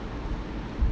uh mm